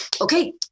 okay